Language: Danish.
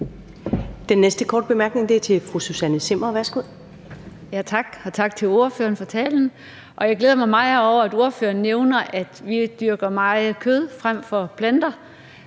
Zimmer. Værsgo. Kl. 19:09 Susanne Zimmer (UFG): Tak, og tak til ordføreren for talen. Jeg glæder mig meget over, at ordføreren nævner, at vi dyrker meget kød frem for planter.